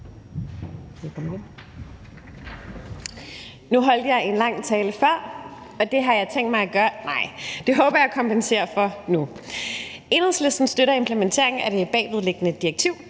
Nu holdt jeg en lang tale før, og det har jeg tænkt mig at gøre igen; nej, jeg håber, at talen før kan kompensere for denne. Enhedslisten støtter implementeringen af det bagvedliggende direktiv,